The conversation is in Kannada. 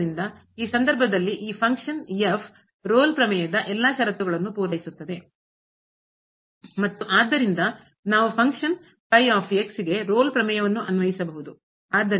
ಆದ್ದರಿಂದ ಈ ಸಂದರ್ಭದಲ್ಲಿ ಈ ಫಂಕ್ಷನ್ ಕಾರ್ಯ Rolle ಪ್ರಮೇಯದ ಎಲ್ಲಾ ಷರತ್ತುಗಳನ್ನು ಪೂರೈಸುತ್ತದೆ ಮತ್ತು ಆದ್ದರಿಂದ ನಾವು ಫಂಕ್ಷನ್ ಗೆ ಕಾರ್ಯಕ್ಕೆ ರೋಲ್ ಪ್ರಮೇಯವನ್ನು ಅನ್ವಯಿಸಬಹುದು